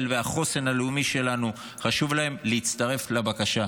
והחוסן הלאומי שלנו חשוב להם להצטרף לבקשה.